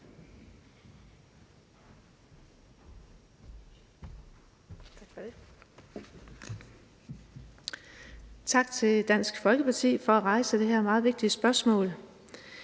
Tak til Dansk Folkeparti for at rejse det her meget vigtige spørgsmål.